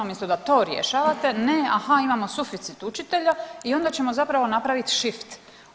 Umjesto da to rješavate, ne aha imamo suficit učitelja i onda ćemo zapravo napraviti šift.